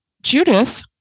Judith